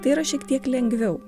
tai yra šiek tiek lengviau